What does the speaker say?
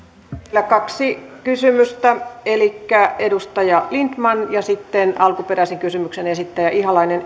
vielä kaksi kysymystä elikkä edustaja lindtman ja sitten alkuperäisen kysymyksen esittäjä ihalainen